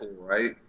right